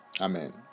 amen